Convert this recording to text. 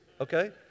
okay